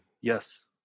Yes